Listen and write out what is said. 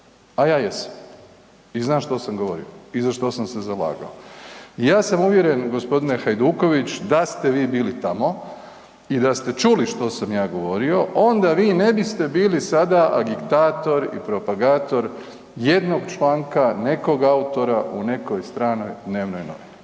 A ja jesam. I znam što sam govorio i za što sam se zalagao i ja sam uvjeren, g. Hajduković da ste vi bili tamo, i da ste čuli što sam ja govorio, onda vi ne biste bili sada agitator i propagator jednog članka nekog autora u nekoj stranoj dnevnoj novini.